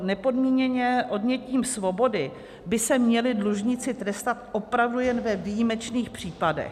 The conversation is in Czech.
Nepodmíněně odnětím svobody by se měli dlužníci trestat opravdu jen ve výjimečných případech.